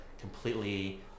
completely